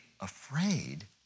afraid